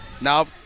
now